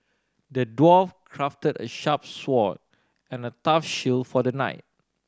the dwarf crafted a sharp sword and a tough shield for the knight